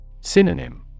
Synonym